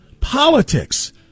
politics